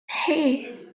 hey